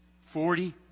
forty